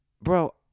Bro